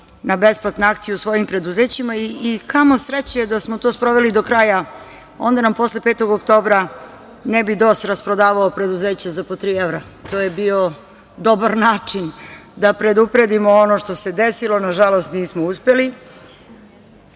na besplatne akcije u svojim preduzećima. Kako sreće da smo to sproveli do kraja, onda nam posle 5. oktobra ne bi DOS rasprodavao preduzeća za po tri evra. To je bio dobar način da predupredimo ono što se desilo. Nažalost, nismo uspeli. Četvrti